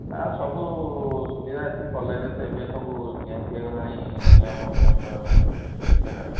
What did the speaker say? ଆଉ ସବୁ ସୁବିଧା ଅଛି କଲେଜ୍ରେ ତ ଏବେ ସବୁ ଚେଞ୍ଜ୍ ହୋଇଗଲାଣି ନିୟମ ଫିୟମ ଚେଞ୍ଜ୍ ହୋଇଗଲାଣି